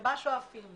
שואפים